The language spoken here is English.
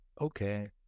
Okay